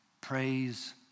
praise